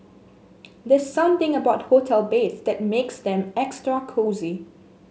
there's something about hotel bed that makes them extra cosy